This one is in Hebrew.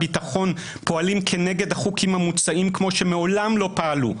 הביטחון פועלים כנגד החוקים המוצעים כמו שמעולם לא פעלו.